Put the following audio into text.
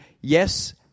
yes